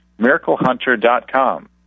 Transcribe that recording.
miraclehunter.com